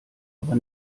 aber